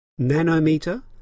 Nanometer